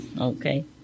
Okay